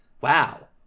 wow